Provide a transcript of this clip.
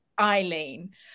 Eileen